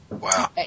Wow